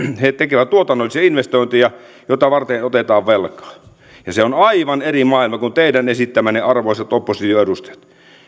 he tekevät tuotannollisia investointeja joita varten otetaan velkaa se on aivan eri maailma kuin teidän esittämänne arvoisat oppositioedustajat